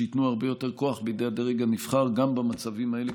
שייתנו הרבה יותר כוח בידי הדרג הנבחר גם במצבים האלה,